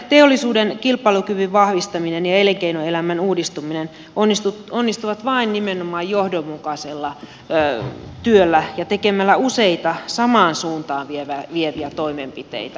teollisuuden kilpailukyvyn vahvistaminen ja elinkeinoelämän uudistuminen onnistuvat vain nimenomaan johdonmukaisella työllä ja tekemällä useita samaan suuntaan vieviä toimenpiteitä